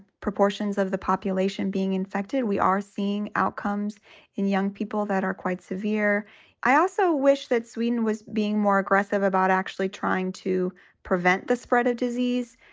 proportions of the population being infected, we are seeing outcomes in young people that are quite severe i also wish that sweden was being more aggressive about actually trying to prevent the spread of disease.